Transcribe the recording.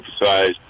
emphasize